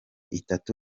itatu